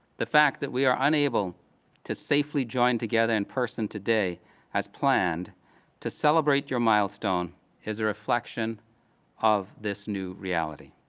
the fact that we are unable to safely join together in person today as planned to celebrate your milestone is a reflection of this new reality.